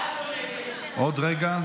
הצבעה.